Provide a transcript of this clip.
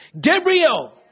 Gabriel